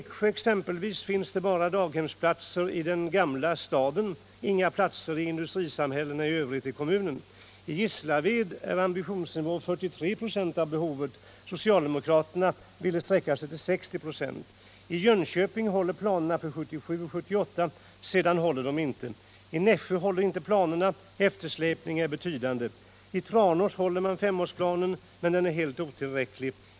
I Eksjö finns daghemsplatser bara i den gamla staden, inga platser i industrisamhällena i övrigt i kommunen. I Gislaved är ambitionsnivån 43 26, socialdemokraterna ville sträcka sig till 60 26. I Jönköping håller planerna för 1977/78, sedan håller de inte. I Nässjö håller inte planerna. Eftersläpningen är betydande. I Tranås håller man femårsplanen, men den är helt otillräcklig.